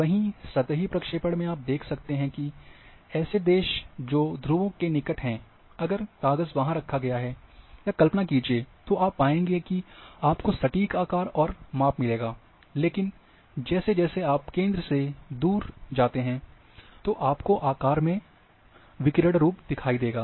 वहीं सतही प्रक्षेपण में आप देख सकते हैं की ऐसे देश जो ध्रुवों के निकट हैं अगर काग़ज़ वहाँ रखा गया है या कल्पना कीजिए तो आप पाएँगे की आपको सटीक आकार और माप मिलेगा लेकिन जैसे जैसे आप केंद्र से दूर जाते हैं तो आपको आकार में विरूपण दिखायी देगा